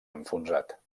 enfonsat